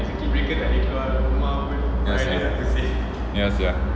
ya sia ya sia